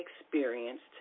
experienced